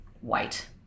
white